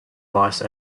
vice